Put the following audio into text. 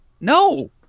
no